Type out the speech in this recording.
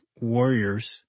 warriors